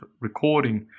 recording